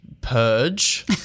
purge